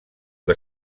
que